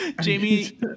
jamie